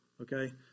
okay